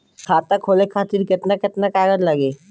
खाता खोले खातिर केतना केतना कागज लागी?